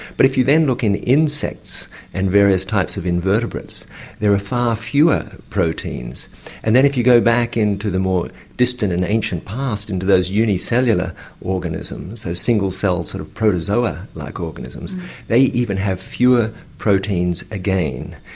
but if you then look in insects and various types of invertebrates there are far fewer proteins and then if you go back into the more distant and ancient past into those uni cellular organisms, those single cells sort of protozoa like organisms they even have fewer proteins again.